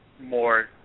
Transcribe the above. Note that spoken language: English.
More